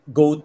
go